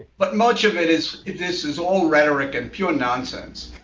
but much of it is this is all rhetoric and pure nonsense.